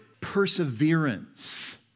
perseverance